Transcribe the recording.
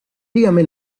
dígame